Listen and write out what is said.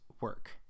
work